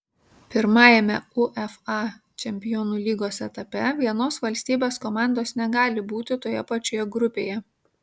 pirmajame uefa čempionų lygos etape vienos valstybės komandos negali būti toje pačioje grupėje